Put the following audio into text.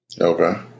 okay